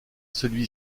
celui